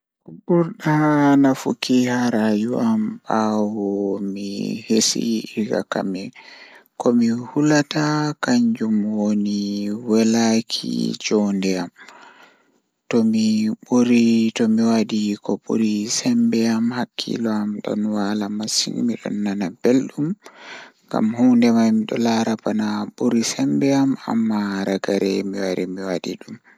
Komi ɓurɗaa yiɗuki haa rayuwa am baawo mi hisii mi jaangii ko fi, mi njogii sabu mi foti feewi ɗum. Ko waɗi faama sabu o waɗi no waawugol e hoore, ngam mi ɗo yeddi e ko ɗum woni ndaarnde, sabu mi haɗi no waawugol.